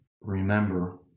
remember